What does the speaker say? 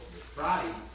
Friday